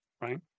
right